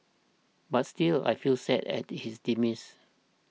but still I feel sad at his demise